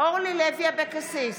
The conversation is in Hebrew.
אורלי לוי אבקסיס,